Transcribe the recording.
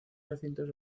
recintos